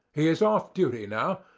he is off duty now.